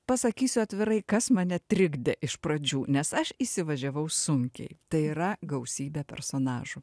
pasakysiu atvirai kas mane trikdė iš pradžių nes aš įsivažiavau sunkiai tai yra gausybė personažų